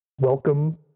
welcome